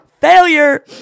Failure